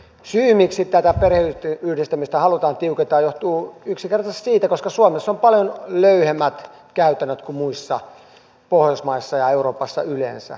syy miksi tätä perheenyhdistämistä halutaan tiukentaa johtuu yksinkertaisesti siitä että suomessa on paljon löyhemmät käytännöt kuin muissa pohjoismaissa ja euroopassa yleensä